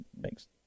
makes